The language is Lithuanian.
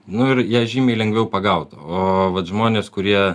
nu ir ją žymiai lengviau pagaut o vat žmonės kurie